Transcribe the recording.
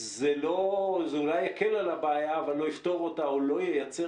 זה אולי יקל על הבעיה אבל לא יפתור אותה או לא ייצר